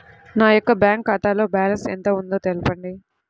నా యొక్క బ్యాంక్ ఖాతాలో బ్యాలెన్స్ ఎంత ఉందో తెలపండి?